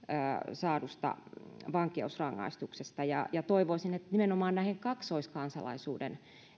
saadusta kahden vuoden vankeusrangaistuksesta toivoisin että puututtaisiin nimenomaan näihin kaksoiskansalaisuuden